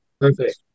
Perfect